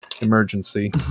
emergency